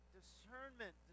discernment